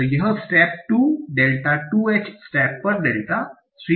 तो यह step 2 delta 2 h step पर डेल्टा 3 होगा